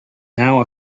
now